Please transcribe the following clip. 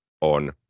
on